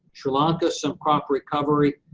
sri lanka some crop recovery.